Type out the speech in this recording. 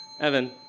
Evan